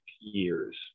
years